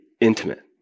intimate